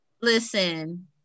listen